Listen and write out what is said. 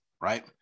right